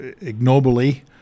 ignobly